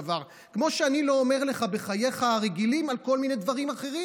כמו שאני לא אומר לך בחייך הרגילים על כל מיני דברים אחרים